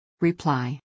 Reply